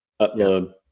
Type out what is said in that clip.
upload